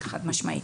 חד משמעית.